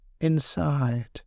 inside